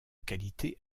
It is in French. qualité